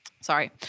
sorry